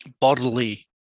bodily